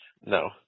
No